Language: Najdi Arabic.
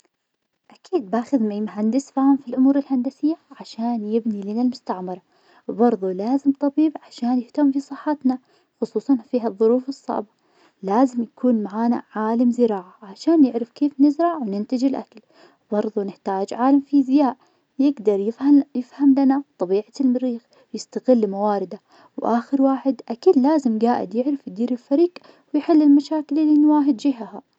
أكيد باخذ معي مهندس فاهم في الأمور الهندسية, عشان يبني لنا المستعمرة, وبرضه لازم طبيب, عشان يهتم في صحتنا, خصوصاً في هالظروف الصعبة, لازم يكون معانا عالم زراعة, عشان يعرف كيف نزرع و ننتج الأكل, برضه نحتاج عالم فيزياء, يقدر يفهن- يفهم لنا طبيعة المريخ, يستغل موارده, وآخر واحد أكيد لازم قاعد يعرف يدير الفريق ويحل المشاكل اللي نواهجهها.